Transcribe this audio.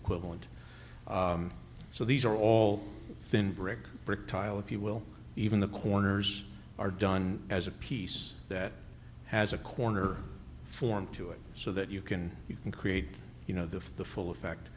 equivalent so these are all thin brick brick tile if you will even the corners are done as a piece that has a corner form to it so that you can you can create you know the full